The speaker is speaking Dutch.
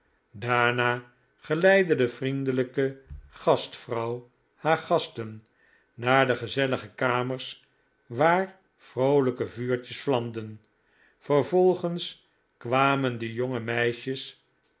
daarna geleidde de vriendelijke gastvrouw haar gasten naar de gezellige kamers waar vroolijke vuurtjes vlamden vervolgens kwamen de jonge meisjes